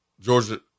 Georgia